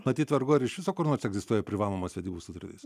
matyt vargu ar iš viso kur nors egzistuoja privalomos vedybų sutartys